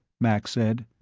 max said.